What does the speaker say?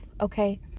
okay